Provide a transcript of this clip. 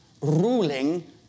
ruling